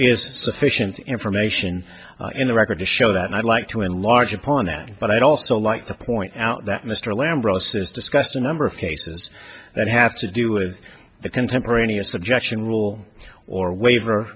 is sufficient information in the record to show that and i'd like to enlarge upon that but i'd also like to point out that mr lamb ross has discussed a number of cases that have to do with the contemporaneous objection rule or waiver